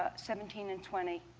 ah seventeen and twenty.